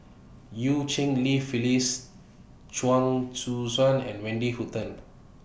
EU Cheng Li Phyllis Chuang Hui Tsuan and Wendy Hutton